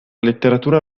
letteratura